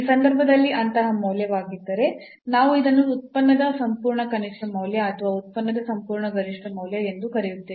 ಆ ಸಂದರ್ಭದಲ್ಲಿ ಅಂತಹ ಮೌಲ್ಯವಾಗಿದ್ದರೆ ನಾವು ಇದನ್ನು ಉತ್ಪನ್ನದ ಸಂಪೂರ್ಣ ಕನಿಷ್ಠ ಮೌಲ್ಯ ಅಥವಾ ಉತ್ಪನ್ನದ ಸಂಪೂರ್ಣ ಗರಿಷ್ಠ ಮೌಲ್ಯ ಎಂದು ಕರೆಯುತ್ತೇವೆ